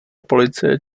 policie